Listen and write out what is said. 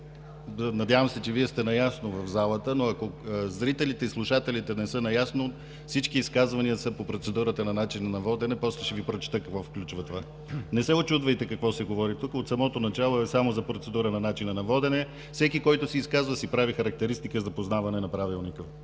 надявам се, че Вие в залата сте наясно, но ако зрителите и слушателите не са наясно, всички изказвания са по процедурата на начина на водене. После ще Ви прочета какво включва това. Не се учудвайте какво се говори тук, от самото начало е само за процедура на начина на водене. Всеки, който се изказва, си прави характеристика за познаване на Правилника